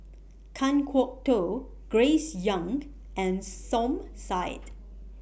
Kan Kwok Toh Grace Young and Som Said